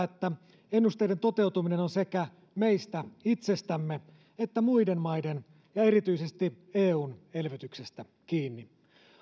että ennusteiden toteutuminen on sekä meistä itsestämme että muiden maiden ja erityisesti eun elvytyksestä kiinni